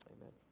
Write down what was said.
Amen